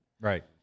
Right